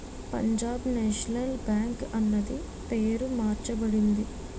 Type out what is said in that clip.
Punjab National Bank అన్నది పేరు మార్చబడింది